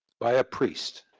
by a priest.